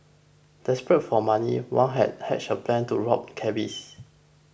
desperate for money Wang had hatched a plan to rob cabbies